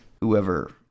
whoever